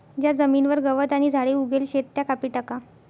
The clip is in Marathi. ज्या जमीनवर गवत आणि झाडे उगेल शेत त्या कापी टाका